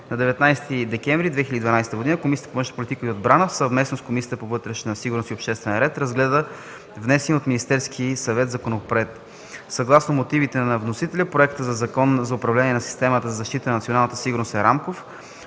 На 19 декември 2012 г. Комисията по външна политика и отбрана, съвместно с Комисията по вътрешна сигурност и обществен ред, разгледа внесения от Министерския съвет законопроект. Съгласно мотивите на вносителя, проектът на Закон за управлението на системата за защита на националната сигурност е рамков.